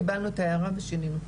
קיבלנו את ההערה ושינינו,